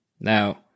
Now